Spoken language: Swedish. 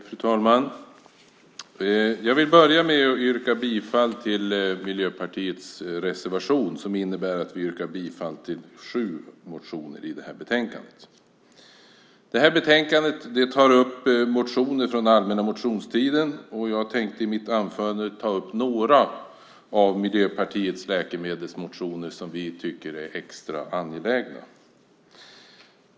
Fru talman! Jag vill börja med att yrka bifall till Miljöpartiets reservation, som innebär att vi yrkar bifall till sju motioner i detta betänkande. I betänkandet tas motioner från allmänna motionstiden upp, och jag tänkte i mitt anförande ta upp några av Miljöpartiets läkemedelsmotioner som vi tycker är extra angelägna.